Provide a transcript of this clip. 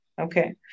Okay